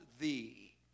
thee